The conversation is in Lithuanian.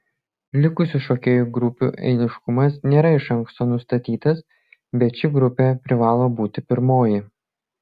likusių šokėjų grupių eiliškumas nėra iš anksto nustatytas bet ši grupė privalo būti pirmoji